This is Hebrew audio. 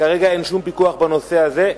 כרגע אין שום פיקוח בנושא הזה.